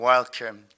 Welcome